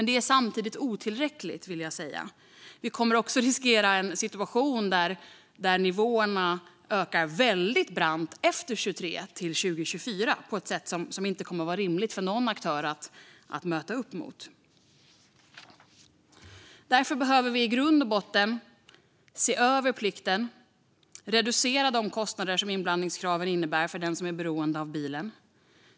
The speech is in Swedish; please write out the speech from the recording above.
Det är samtidigt otillräckligt, vill jag säga. Det finns risk för en situation där nivåerna ökar väldigt brant efter 2023, till 2024, på ett sätt som inte kommer att vara rimligt för någon aktör att möta upp. Därför behöver vi i grund och botten se över plikten för att reducera de kostnader dagens inblandningskrav medför för den som är beroende av bilen.